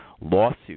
lawsuit